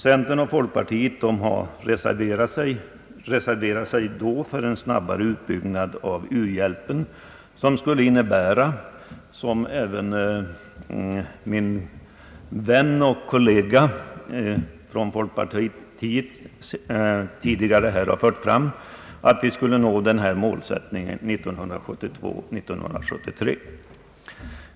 Centern och folkpartiet reserverade sig då för en snabbare utbyggnad av u-hjälpen, vilket skulle in nebära — som även min vän och kollega från folkpartiet har framhållit — att vi skulle nå det uppsatta målet 1972/73.